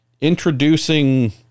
introducing